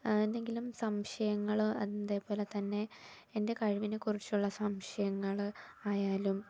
എന്തെങ്കിലും സംശയങ്ങളോ അതേപോലെ തന്നെ എൻ്റെ കഴിവിനെക്കുറിച്ചുള്ള സംശയങ്ങൾ ആയാലും